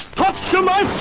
toucha my